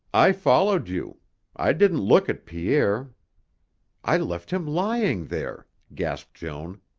i followed you i didn't look at pierre i left him lying there, gasped joan.